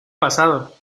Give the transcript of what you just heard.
pasado